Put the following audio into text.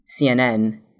CNN